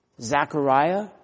Zechariah